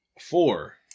Four